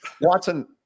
Watson